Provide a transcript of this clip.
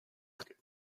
market